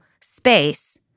space